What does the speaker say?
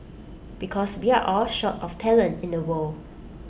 because we are all short of talent in the world